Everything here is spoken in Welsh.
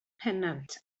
pennant